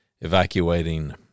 evacuating